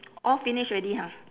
all finish already ha